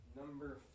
Number